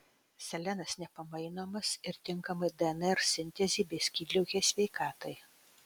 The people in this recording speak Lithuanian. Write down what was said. selenas nepamainomas ir tinkamai dnr sintezei bei skydliaukės sveikatai